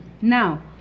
Now